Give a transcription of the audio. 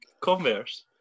Converse